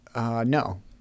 no